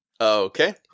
Okay